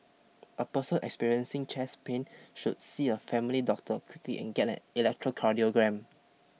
a person experiencing chest pain should see a family doctor quickly and get an electrocardiogram